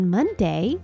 Monday